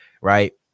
Right